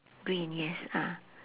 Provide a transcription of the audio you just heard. green yes ah